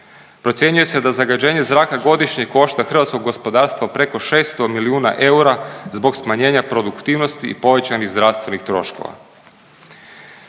Procjenjuje se da zagađenje zraka godišnje košta hrvatsko gospodarstvo preko 600 milijuna eura zbog smanjenja produktivnosti i povećanih zdravstvenih troškova.